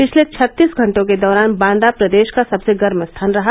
पिछले छत्तीस घंटों के दौरान बांदा प्रदेष का सबसे गर्म स्थान रहा